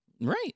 Right